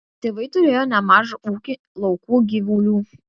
tėvai turėjo nemažą ūkį laukų gyvulių